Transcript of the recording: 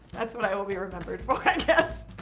that's what i will be remembered for i guess.